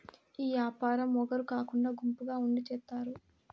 ఈ యాపారం ఒగరు కాకుండా గుంపుగా ఉండి చేత్తారు